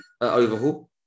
overhaul